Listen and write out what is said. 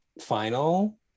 final